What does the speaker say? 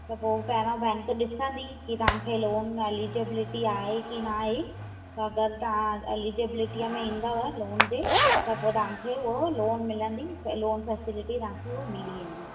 त पोइ पहिरां बैंक ॾिसंदी की तव्हांखे लोन एलिजीबलिटी आहे की न आहे अगरि तव्हां एलिजीबलिटीअ में ईंदव लोन जे त पोइ तव्हां खे उहो लोन मिलंदी लोन फेसेलिटी तव्हांखे उहो मिली वेंदी